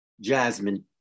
Jasmine